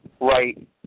Right